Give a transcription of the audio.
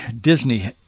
Disney